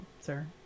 sir